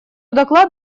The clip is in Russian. доклад